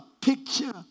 picture